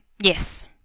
Yes